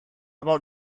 about